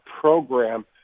program